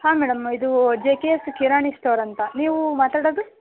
ಹಾಂ ಮೇಡಮ್ ಇದೂ J K S Kirani store ಅಂತ ನೀವು ಮಾತಾಡೋದು